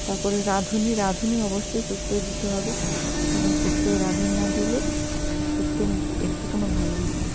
তারপরে রাঁধুনি রাঁধুনি অবশ্যই শুক্তোয় দিতে হবে কারণ শুক্তোয় রাঁধুনি না দিলে শুক্তো একটুকুও ভালো হয় না